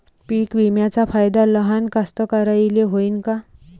पीक विम्याचा फायदा लहान कास्तकाराइले होईन का?